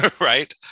Right